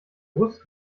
brust